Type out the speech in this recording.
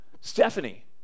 Stephanie